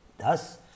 Thus